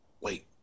Wait